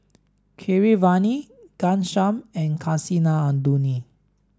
Keeravani Ghanshyam and Kasinadhuni